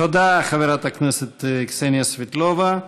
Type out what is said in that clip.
תודה, חברת הכנסת קסניה סבטלובה.